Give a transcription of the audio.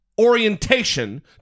orientation